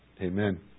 Amen